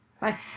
Bye